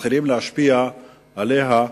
מתחילים להשפיע על החברה,